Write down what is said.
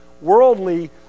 worldly